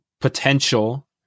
potential